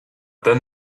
then